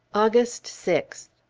august sixth.